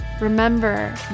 Remember